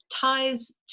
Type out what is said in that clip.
ties